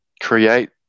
Create